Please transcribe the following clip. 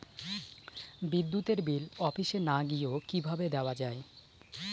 বিদ্যুতের বিল অফিসে না গিয়েও কিভাবে দেওয়া য়ায়?